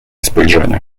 spojrzenia